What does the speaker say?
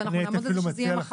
ואנחנו נעמוד על זה שזה יהיה מחר.